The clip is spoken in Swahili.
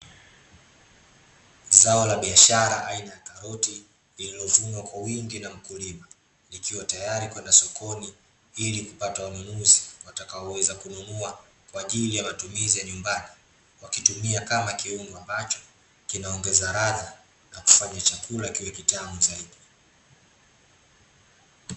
Zao la biashara aina ya karoti, lililovunwa kwa wingi na mkulima, likiwa tayari kwenda sokoni, ili kupata wanunuzi watakaoweza kununua, kwaajili ya matumizi ya nyumbani. Wakitumia kama kiungo ambacho, kinaongeza ladha , na kufanya chakula kiwe kitamu zaidi.